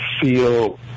feel